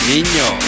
Niño